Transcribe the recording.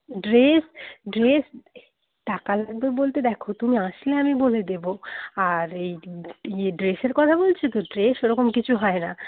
dress dress টাকা লাগবে বলতে দেখো তুমি আসলে আমি বলে দেব আর এই ইয়ে ড্রেসের কথা বলছ তো ড্রেস ওরকম কিছু হয় না